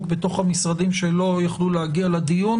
בתוך המשרדים שלא יכלו להגיע לדיון